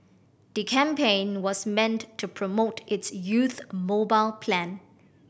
the campaign was meant to promote its youth mobile plan